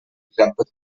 dissabtes